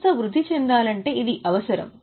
సంస్థ వృద్ధి చెందాలంటే ఇది అవసరం